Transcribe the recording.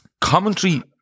commentary